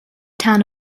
town